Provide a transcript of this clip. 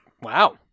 Wow